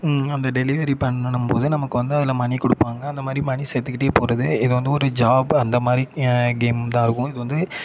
அந்த டெலிவரி பண்ணணும்போது நமக்கு வந்து அதில் மணி கொடுப்பாங்க அந்த மாதிரி மணி சேர்த்துக்கிட்டே போகிறது இது வந்து ஒரு ஜாப்பு அந்த மாதிரி கேம் தான் இருக்கும் இது வந்து